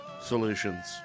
solutions